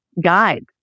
guide